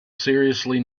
seriously